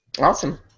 Awesome